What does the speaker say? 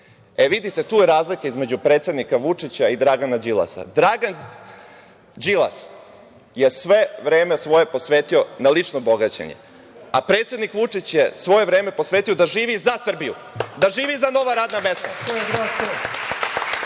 politike. Vidite, tu je razlika između predsednika Vučića i Dragana Đilasa. Dragan Đilas, je sve vreme svoje posvetio na lično bogaćenje, a predsednik Vučić je svoje vreme posvetio da živi za Srbiju, da živi za nova radna mesta,